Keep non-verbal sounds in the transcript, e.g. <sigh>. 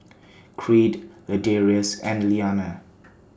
<noise> Creed Ladarius <noise> and Liana